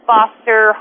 foster